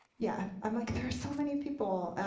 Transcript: yeah um like there are so many people.